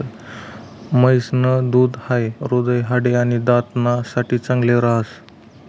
म्हैस न दूध हाई हृदय, हाडे, आणि दात ना साठे चांगल राहस